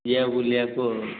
ଯିବା ବୁଲିବାକୁ ଆଉ